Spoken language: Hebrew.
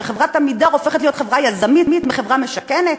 שחברת "עמידר" הופכת להיות חברה יזמית מחברה משכנת,